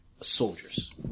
soldiers